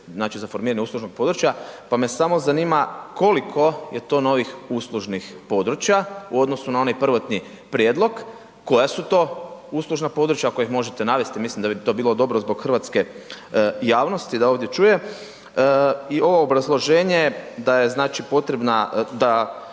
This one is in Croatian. za formiranje uslužnog područja, pa me samo zanima koliko je to novih uslužnih područja u odnosu na onaj prvotni prijedlog, koja su to uslužna područja ako ih možete navesti, mislim da bi to bilo dobro zbog hrvatske javnosti da ovdje čuje i ovo obrazloženje da je znači potrebna, da